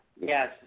Yes